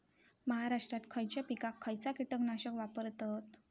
महाराष्ट्रात खयच्या पिकाक खयचा कीटकनाशक वापरतत?